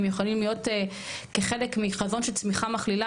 הם יכולים להיות כחלק מחזון של צמיחה מכלילה